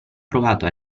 provato